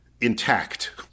intact